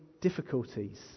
difficulties